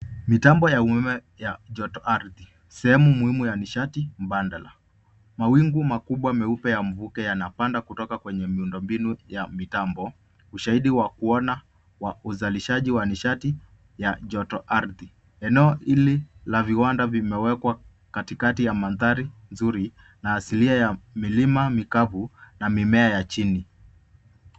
Mitambo ya umeme ya joto ardhi. Sehemu muhimu ya nishati badala. Mawingu makubwa meupe ya mvuke yanapanda kutoka kwenye miundombinu ya mitambo, ushahidi wa kuona wa uzalishaji wa nishati ya joto ardhi. Eneo hili la viwanda vimewekwa katikati ya mandhari nzuri, na asilia ya milima mikavu, na mimea ya chini.